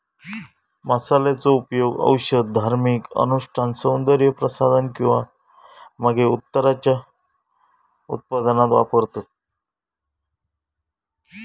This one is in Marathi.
मसाल्यांचो उपयोग औषध, धार्मिक अनुष्ठान, सौन्दर्य प्रसाधन किंवा मगे उत्तराच्या उत्पादनात वापरतत